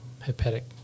hepatic